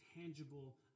tangible